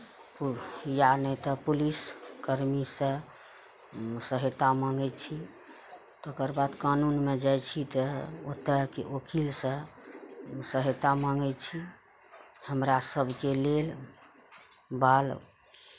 या नहि तऽ पुलिस कर्मी सऽ सहायता माँगै छी तकर बाद कानूनमे जाइ छी तऽ ओतऽके वकील सऽ सहायता माँगै छी हमरा सबके लेल बाल